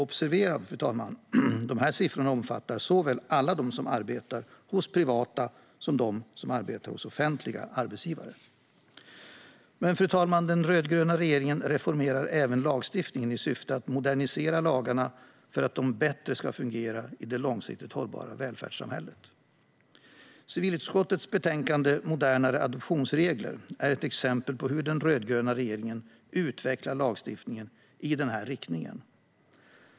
Observera, fru talman, att de här siffrorna omfattar såväl alla dem som arbetar hos privata arbetsgivare som dem som arbetar hos offentliga arbetsgivare. Fru talman! Den rödgröna regeringen reformerar även lagstiftningen i syfte att modernisera lagarna för att de bättre ska fungera i det långsiktigt hållbara välfärdssamhället. Civilutskottets betänkande Modernare adoptionsregler är ett exempel på hur den rödgröna regeringen utvecklar lagstiftningen i den här riktningen.